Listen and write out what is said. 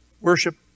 Worship